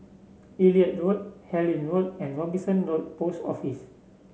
Elliot Road Harlyn Road and Robinson Road Post Office